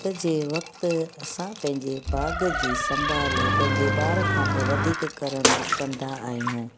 थदि जे वक्तु असां पंहिंजे बाग जी सम्भालु पंहिंजे ॿार खां बि वधीक करण कंदा आहियूं